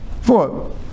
four